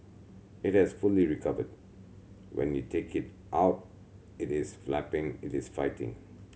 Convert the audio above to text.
it has fully recovered when you take it out it is flapping it is fighting